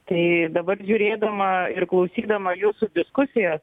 tai dabar žiūrėdama ir klausydama jūsų diskusijos